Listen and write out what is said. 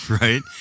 right